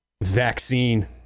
vaccine